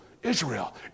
Israel